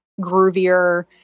groovier